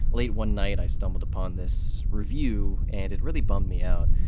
late one night, i stumbled upon this review and it really bummed me out.